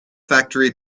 factory